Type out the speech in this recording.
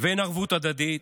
ואין ערבות הדדית,